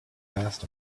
vast